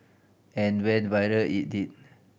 and went viral it did